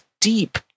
deep